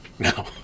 No